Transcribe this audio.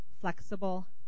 flexible